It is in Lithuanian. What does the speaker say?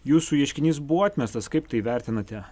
jūsų ieškinys buvo atmestas kaip tai vertinate